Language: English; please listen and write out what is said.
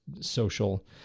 social